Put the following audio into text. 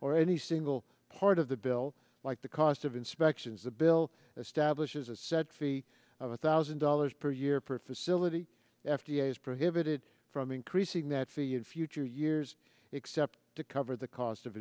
or any single part of the bill like the cost of inspections the bill establishes a set fee of one thousand dollars per year per facility f d a is prohibited from increasing that fee in future years except to cover the cost of